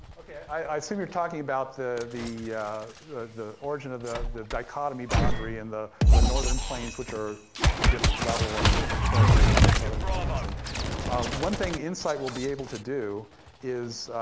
okay, i assume you're talking about the the the origin of the the dichotomy boundary and in the northern plains, which are a different level and different character than the southern plains, and one thing insight will be able to do is,